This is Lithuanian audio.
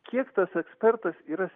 kiek tas ekspertas yra